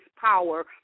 power